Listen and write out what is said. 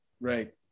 Right